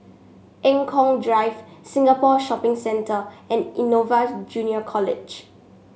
Eng Kong Drive Singapore Shopping Centre and Innova Junior College